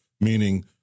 meaning